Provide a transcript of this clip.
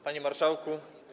Panie Marszałku!